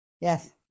Yes